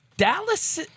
Dallas